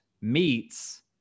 meets